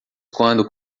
quando